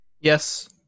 Yes